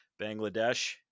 Bangladesh